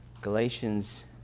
Galatians